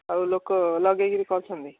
ଆଉ ଲୋକ ଲଗାଇକି କରି କରୁଛନ୍ତି